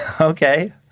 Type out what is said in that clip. Okay